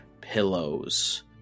Pillows